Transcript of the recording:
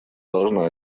должна